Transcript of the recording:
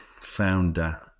founder